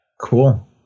Cool